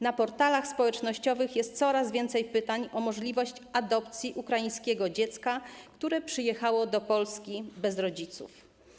Na portalach społecznościowych jest coraz więcej pytań o możliwość adopcji ukraińskich dzieci, które przyjechały do Polski bez rodziców.